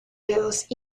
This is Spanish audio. dedos